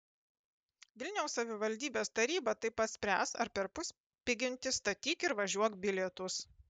vilniaus savivaldybės taryba taip pat spręs ar perpus piginti statyk ir važiuok bilietus